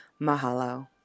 Mahalo